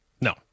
no